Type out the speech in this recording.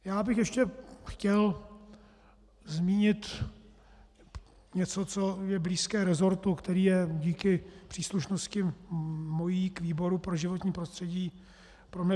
Já bych ještě chtěl zmínit něco, co je blízké resortu, který je díky mé příslušnosti k výboru pro životní prostředí pro mě blízké.